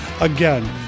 again